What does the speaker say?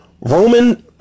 Roman